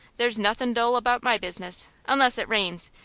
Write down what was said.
there's nothin' dull about my business, unless it rains,